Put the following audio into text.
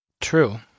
True